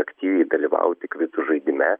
aktyviai dalyvauti kvitų žaidime